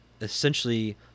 essentially